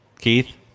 Keith